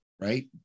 right